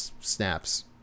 snaps